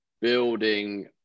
building